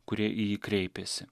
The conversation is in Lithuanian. kurie į jį kreipėsi